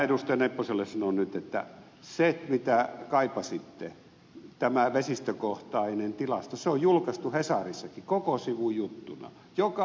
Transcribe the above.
nepposelle sanon nyt että se mitä kaipasitte tämä vesistökohtainen tilasto on julkaistu hesarissakin koko sivun juttuna